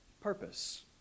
purpose